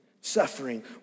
suffering